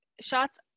shots